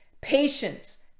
patience